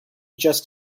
just